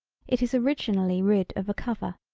it is originally rid of a cover.